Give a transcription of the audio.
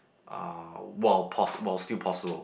uh while poss~ while still possible